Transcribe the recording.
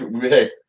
hey